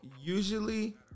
usually